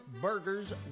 burgers